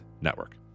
Network